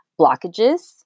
blockages